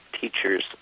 teachers